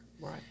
right